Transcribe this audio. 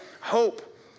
hope